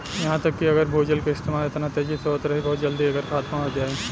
इहा तक कि अगर भूजल के इस्तेमाल एतना तेजी से होत रही बहुत जल्दी एकर खात्मा हो जाई